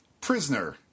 prisoner